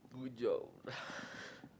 good job